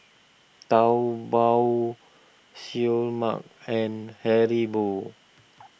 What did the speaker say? Taobao Seoul Mart and Haribo